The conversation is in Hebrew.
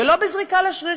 ולא בזריקה לשריר,